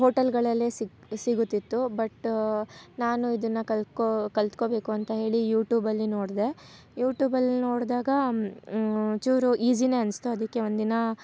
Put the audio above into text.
ಹೋಟಲ್ಗಳಲ್ಲೇ ಸಿಗು ಸಿಗುತ್ತಿತ್ತು ಬಟ್ ನಾನು ಇದನ್ನು ಕಲ್ಕೊ ಕಲ್ತುಕೋಬೇಕು ಅಂತೇಳಿ ಯುಟೂಬಲ್ಲಿ ನೋಡಿದೆ ಯುಟೂಬಲ್ಲಿ ನೋಡಿದಾಗ ಚೂರು ಈಸೀನೆ ಅನಿಸ್ತು ಅದಕ್ಕೆ ಒಂದು ದಿನ